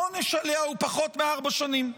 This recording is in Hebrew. העונש עליה הוא פחות מארבע שנים,